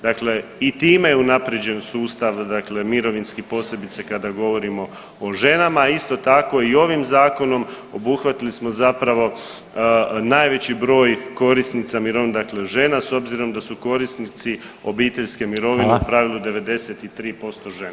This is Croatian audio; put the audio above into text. Dakle i time je unaprijeđen sustav dakle mirovinski, posebice kad govorimo o ženama i isto tako i ovim Zakonom obuhvatili smo zapravo najveći broj korisnica mirovina, dakle žena, s obzirom da su korisnici obiteljske mirovine u pravilu [[Upadica: Hvala.]] 93% žena.